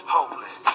Hopeless